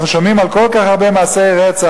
אנחנו שומעים על כל כך הרבה מעשי רצח,